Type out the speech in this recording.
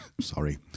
Sorry